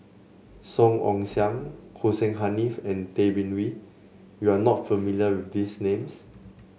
Song Ong Siang Hussein Haniff and Tay Bin Wee you are not familiar with these names